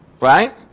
right